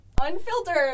Unfiltered